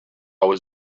was